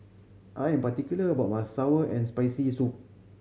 I am particular about my sour and Spicy Soup